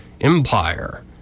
empire